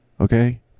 Okay